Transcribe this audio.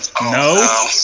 no